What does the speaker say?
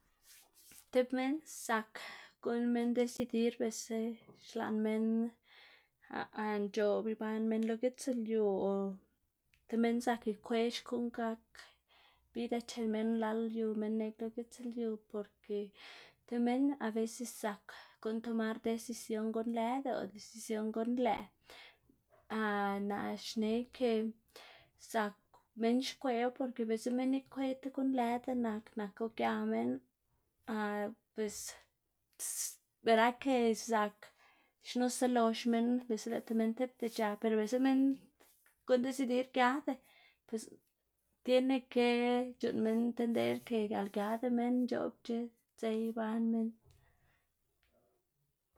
tib minn zak guꞌnn minn dicidir biꞌltsa xlaꞌn minn nc̲h̲oꞌb iban minn lo gitslyu o tib minn zak ikweꞌ xkuꞌn gak vida chen minn lal yu minn neꞌg lo gitslyu porke tib minnn aveces zak guꞌnn tomar decisión guꞌn lëd o decisión guꞌn lëꞌ naꞌ xne ke zak minn xkweꞌwu porke biꞌltsa minn ikweꞌ ti guꞌn lëda nak, naku gia minn pues verá ke zak xnusa lox minn, biꞌltsa lë ti minn tipa c̲h̲a biꞌltsa minn guꞌnn decidir giada pues tiene ke c̲h̲uꞌnn minn tender ke al giada minn nc̲h̲oꞌbc̲h̲a dze iban minn.